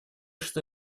что